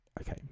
Okay